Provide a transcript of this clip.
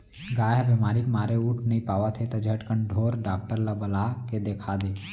गाय ह बेमारी के मारे उठ नइ पावत हे त झटकन ढोर डॉक्टर ल बला के देखा दे